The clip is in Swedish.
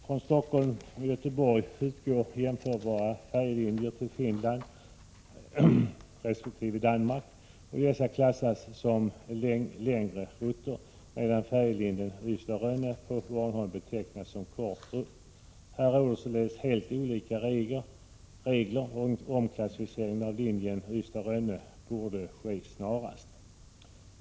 Från Stockholm och Göteborg utgår jämförbara färjelinjer till Finland resp. Danmark, och dessa klassas som längre rutter, medan färjelinjen mellan Ystad och Rönne på Bornholm betecknas som kort rutt. Här råder således helt olika regler och en omklassificering av linjen Ystad— Rönne borde ske snarast.